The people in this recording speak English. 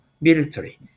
military